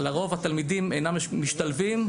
לרוב התלמידים אינם משתלבים,